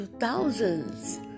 thousands